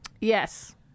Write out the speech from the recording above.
yes